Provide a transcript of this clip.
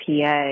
PA